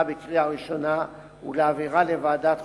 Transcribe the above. בקריאה ראשונה ולהעבירה לוועדת החוקה,